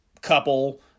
couple